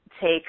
Take